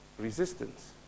resistance